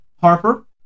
Harper